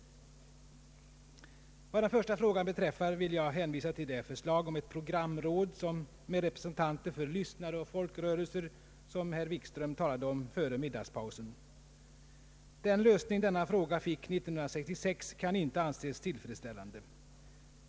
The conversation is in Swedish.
Vad den första frågan beträffar vill jag hänvisa till det förslag om ett programråd med representanter för lyssnare och folkrörelser som herr Wikström talade om före middagspausen. Den lösning denna fråga fick 1966 kan inte anses tillfredsställande.